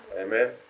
Amen